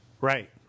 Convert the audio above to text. Right